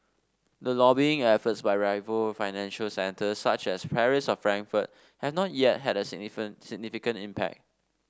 the lobbying efforts by rival financial centres such as Paris or Frankfurt have not yet had a significant impact